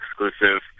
exclusive